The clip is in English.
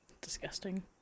Disgusting